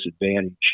disadvantage